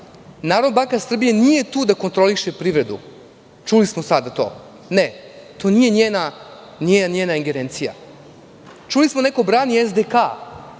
Narodna banka Srbije nije tu da kontroliše privredu, a to smo čuli sada. Ne, to nije njena ingerencija. Čuli smo da neko brani SDK.